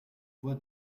voie